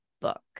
book